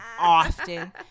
often